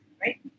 right